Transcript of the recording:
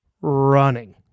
running